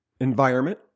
environment